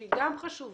שהיא גם חשובה,